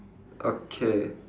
okay